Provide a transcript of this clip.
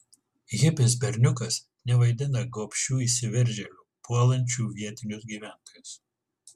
hipis berniukas nevaidina gobšių įsiveržėlių puolančių vietinius gyventojus